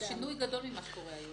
זה שינוי גדול ממה שקורה היום.